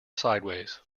sideways